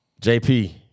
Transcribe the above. JP